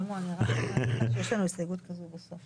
נותנים למשרד האוצר לשקר על הציבור ואי אפשר לקבל הצעה